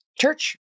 church